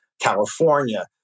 California